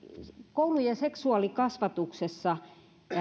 koulujen seksuaalikasvatuksessa